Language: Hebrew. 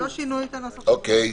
לא שינו את הנוסח --- אוקיי.